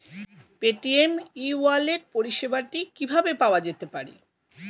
Paytm e wallet পরিষেবাটি কিভাবে পাওয়া যেতে পারে?